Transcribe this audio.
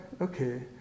okay